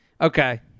okay